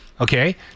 okay